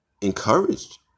encouraged